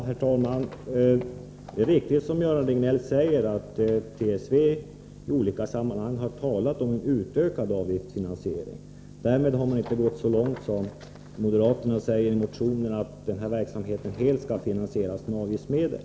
Herr talman! Det är riktigt som Göran Riegnell säger att TSV i olika sammanhang har talat om en utökad avgiftsfinansiering. Men man har inte gått så långt som moderaterna i sin motion, nämligen att verksamheten helt skulle finansieras med avgiftsmedel.